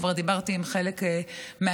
כבר דיברתי עם חלק מהיוזמים,